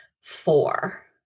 four